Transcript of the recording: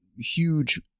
huge